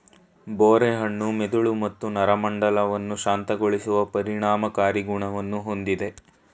ಬೋರೆ ಹಣ್ಣು ಮೆದುಳು ಮತ್ತು ನರಮಂಡಲವನ್ನು ಶಾಂತಗೊಳಿಸುವ ಪರಿಣಾಮಕಾರಿ ಗುಣವನ್ನು ಹೊಂದಯ್ತೆ